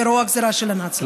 מרוע הגזרה של הנאצים.